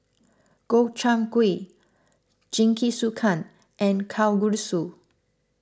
Gobchang Gui Jingisukan and Kalguksu